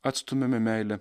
atstumiame meilę